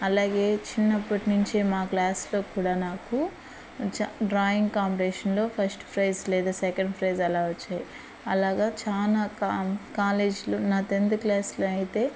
అలాగే చిన్నప్పటి నుంచి మా క్లాస్లో కూడా నాకు జ డ్రాయింగ్ కాంపిటీషన్లో ఫస్ట్ ఫ్రైజ్ లేదా సెకండ్ ఫ్రైజ్ అలా వచ్చాయి అలాగా చాలా కా కాలేజ్లో నా టెన్త్ క్లాస్లో అయితే